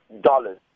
dollars